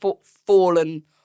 fallen